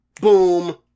Boom